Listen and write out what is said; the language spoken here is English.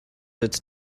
its